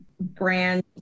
brand